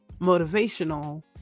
motivational